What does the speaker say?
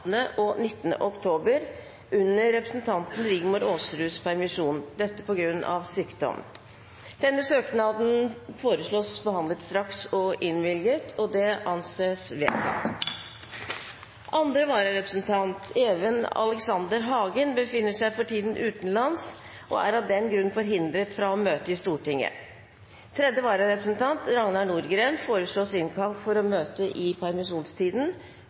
og 19. oktober, under representanten Rigmor Aasruds permisjon, på grunn av sykdom. Denne søknad foreslås behandlet straks og innvilget. – Det anses vedtatt. Andre vararepresentant, Even Aleksander Hagen , befinner seg for tiden utenlands og er av den grunn forhindret fra å møte i Stortinget. Tredje vararepresentant, Ragnar Nordgreen , foreslås innkalt for å møte i permisjonstiden.